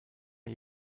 are